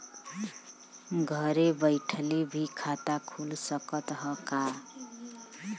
घरे बइठले भी खाता खुल सकत ह का?